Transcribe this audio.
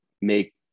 make